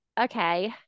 okay